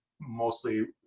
mostly